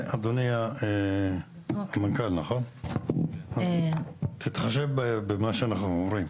אדוני המנכ"ל, תתחשב במה שאנחנו אומרים.